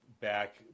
back